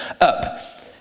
up